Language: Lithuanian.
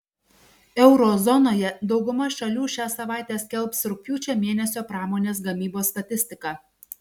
euro zonoje dauguma šalių šią savaitę skelbs rugpjūčio mėnesio pramonės gamybos statistiką